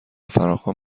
فراخوان